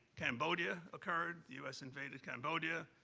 cambodia occurred, the us invaded cambodia,